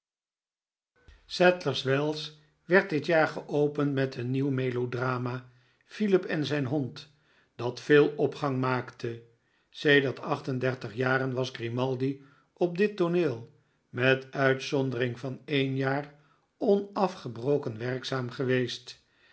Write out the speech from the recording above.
sadlers wells werd dit jaar geopend met een nieuw melodrama filip en zyn hond dat veel opgang maakte sedert acht en dertig jaren was grimaldi op dit tooneel met uitzondering van een jaar onafgebroken werkzaam gev